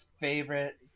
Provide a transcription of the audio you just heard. favorite